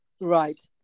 Right